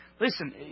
Listen